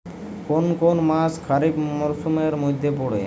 কোন কোন মাস খরিফ মরসুমের মধ্যে পড়ে?